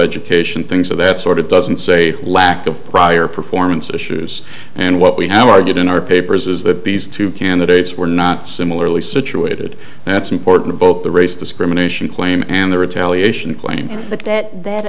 education things of that sort of doesn't say lack of prior performance issues and what we have argued in our papers is that these two candidates were not similarly situated and that's important both the race discrimination claim and the retaliation claim but that that